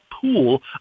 pool